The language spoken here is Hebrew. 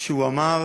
שהוא אמר